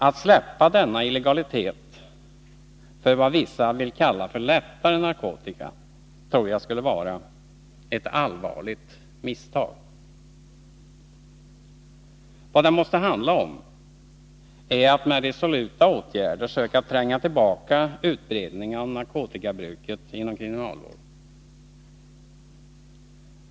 Att släppa denna illegalitetsprincip för vad vissa vill kalla för lättare narkotika tror jag skulle vara ett allvarligt misstag. Vad det måste handla om är att med resoluta åtgärder söka tränga tillbaka utbredningen av narkotikabruket också inom kriminalvården.